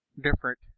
different